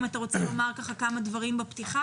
אתה רוצה לומר כמה דברים בפתיח?